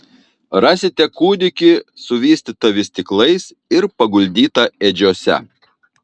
rasite kūdikį suvystytą vystyklais ir paguldytą ėdžiose